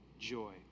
joy